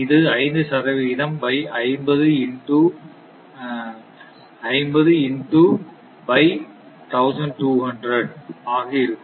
இது 5 சதவிகிதம் pi 50 into pi 1200 ஆக இருக்கும்